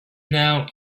now